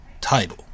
title